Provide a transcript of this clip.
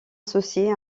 associées